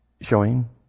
showing